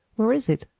where is it?